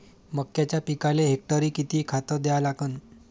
मक्याच्या पिकाले हेक्टरी किती खात द्या लागन?